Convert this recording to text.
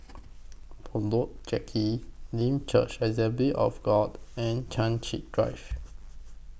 Bedok Jetty Limb Church Assembly of God and Chai Chee Drive